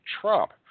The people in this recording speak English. Trump